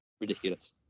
Ridiculous